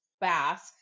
Basque